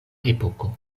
epoko